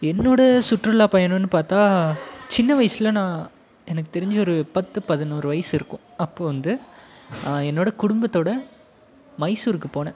என்னோட சுற்றுலா பயணம்ன்னு பார்த்தா சின்ன வயசில் நான் எனக்கு தெரிஞ்சு ஒரு பத்து பதினொரு வயது இருக்கும் அப்போது வந்து என்னோட குடும்பத்தோடு மைசூருக்கு போனேன்